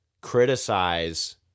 criticize